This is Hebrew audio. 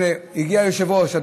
הגיע היושב-ראש,